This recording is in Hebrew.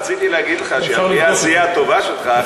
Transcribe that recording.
רציתי להגיד לך שלפי העשייה הטובה שלך,